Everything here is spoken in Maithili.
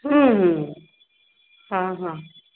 हूँ हूँ हँ हँ